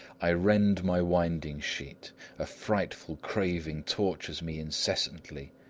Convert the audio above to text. i rend my winding-sheet a frightful craving tortures me incessantly,